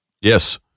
yes